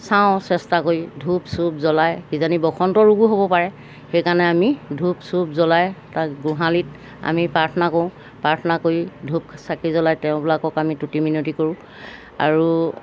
চাওঁ চেষ্টা কৰি ধূপ চুপ জ্বলাই কিজনী বসন্ত ৰোগো হ'ব পাৰে সেইকাৰণে আমি ধূপ চুপ জ্বলাই তাক গোহালিত আমি প্ৰাৰ্থনা কৰোঁ প্ৰাৰ্থনা কৰি ধূপ চাকি জ্বলাই তেওঁবিলাকক আমি তুতি মিনতি কৰোঁ আৰু